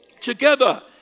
together